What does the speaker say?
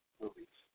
movies